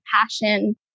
passion